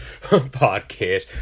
podcast